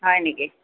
হয় নেকি